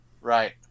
Right